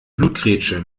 blutgrätsche